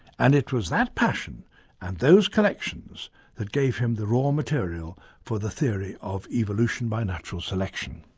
and it was that passion and those collections that gave him the raw material for the theory of evolution by natural selection.